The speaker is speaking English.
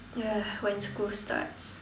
ya when school starts